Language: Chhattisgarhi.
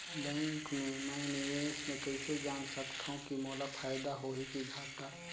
बैंक मे मैं निवेश मे कइसे जान सकथव कि मोला फायदा होही कि घाटा?